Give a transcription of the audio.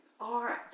art